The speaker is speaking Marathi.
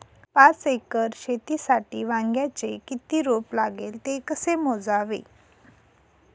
पाच एकर शेतीसाठी वांग्याचे किती रोप लागेल? ते कसे मोजावे?